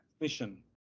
mission